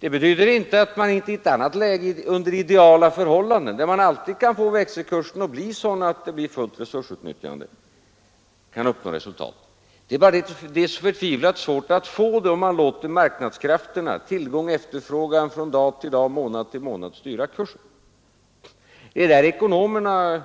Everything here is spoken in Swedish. Det betyder inte att man inte i ett annat läge kan uppnå resultat — under idealiska förhållanden där man alltid kan få växelkursen att bli sådan att det blir fullt resursutnyttjande. Det är bara det att det är så förtvivlat svårt att uppnå detta, om man låter marknadskrafterna, tillgång och efterfrågan, från dag till dag och månad till månad, styra kursen. Det är här jag tror ekonomerna